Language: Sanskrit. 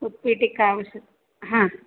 उत्पीठिका आवश्यकं हा